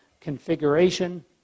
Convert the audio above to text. configuration